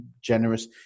generous